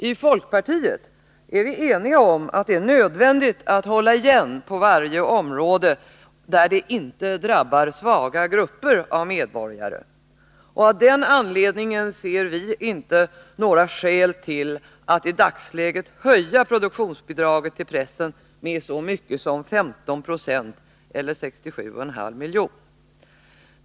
I folkpartiet är vi eniga om att det är nödvändigt att hålla igen på varje område där det inte drabbar svaga grupper av medborgare. Av den anledningen ser vi inte några skäl till att i dagsläget höja produktionsbidraget till pressen med så mycket som 15 96 eller 67,5 milj.kr.